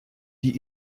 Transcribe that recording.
die